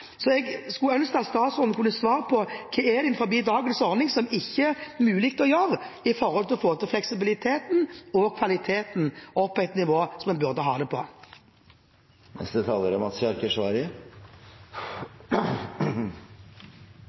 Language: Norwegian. Jeg skulle ønske at statsråden kunne svare på: Hva innenfor dagens ordning er det ikke mulig å gjøre, med tanke på å få fleksibiliteten og kvaliteten opp på et nivå der det burde